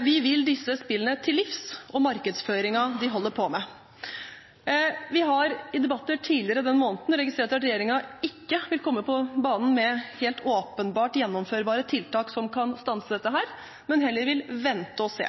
Vi vil disse spillene og markedsføringen de holder på med, til livs. Vi har i debatter tidligere denne måneden registrert at regjeringen ikke vil komme på banen med helt åpenbart gjennomførbare tiltak som kan stanse dette, men heller vil vente og se.